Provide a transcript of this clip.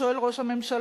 שואל ראש הממשלה,